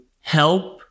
help